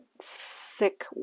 sick